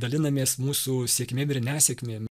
dalinamės mūsų sėkmėm ir nesėkmėm